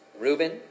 Reuben